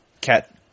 cat